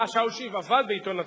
אה, שאול שיף עבד בעיתון "הצופה".